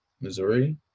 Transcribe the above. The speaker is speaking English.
missouri